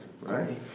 right